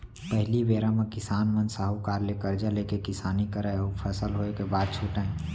पहिली बेरा म किसान मन साहूकार ले करजा लेके किसानी करय अउ फसल होय के बाद छुटयँ